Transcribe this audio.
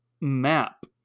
map